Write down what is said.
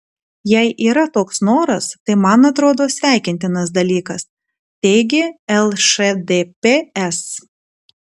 jei yra toks noras tai man atrodo sveikintinas dalykas teigė lšdps